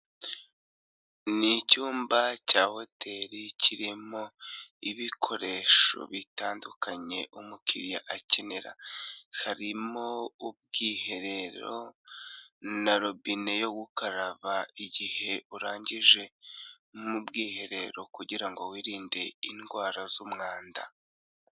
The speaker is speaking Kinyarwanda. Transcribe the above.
Ni icyumba cya hoteri kirimo ibikoresho bitandukanye umukiriya akenera, harimo ubwiherero na robine yo gukaraba igihe urangije mu bwiherero kugira ngo wirinde indwara z'umwanda.